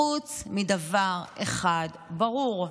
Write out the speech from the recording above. חוץ מדבר אחד ברור: